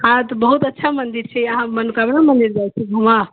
हँ तऽ बहुत अच्छा मन्दिर छै अहाँ मनोकामना मन्दिर जाइत छी घूमय